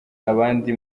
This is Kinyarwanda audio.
abandi